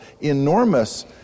enormous